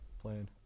playing